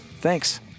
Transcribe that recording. Thanks